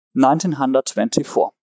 1924